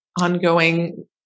ongoing